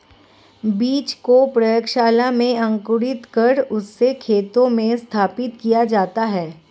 बीज को प्रयोगशाला में अंकुरित कर उससे खेतों में स्थापित किया जाता है